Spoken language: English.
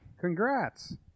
Congrats